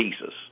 Jesus